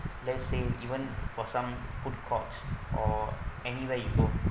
let's say even for some food court or anywhere you go